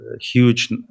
huge